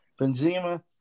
Benzema